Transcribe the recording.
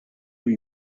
huit